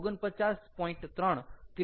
3 kJg mole છે